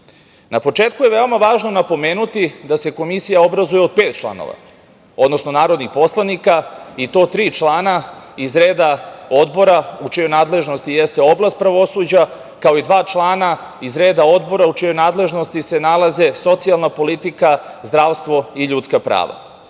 početku je veoma važno napomenuti da se komisija obrazuje od pet članova, odnosno narodnih poslanika i to tri člana iz reda odbora u čijoj nadležnosti jeste oblast pravosuđa, kao i dva člana odbora u čijoj nadležnosti se nalaze socijalna politika, zdravstvo i ljudska